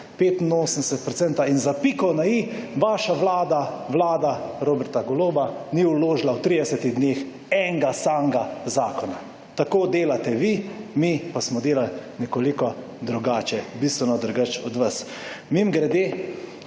%, in za piko na i vaša Vlada, Vlada Roberta Goloba, ni vložila v 30 dneh enega samega zakona. Tako delate vi, mi pa smo delali nekoliko drugače, bistveno drugače od vas. Mimogrede,